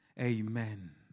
Amen